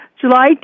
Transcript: July